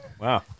wow